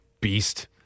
beast